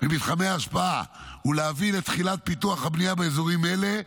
במתחמי ההשפעה ולהביא לתחילת פיתוח הבנייה באזורים אלה,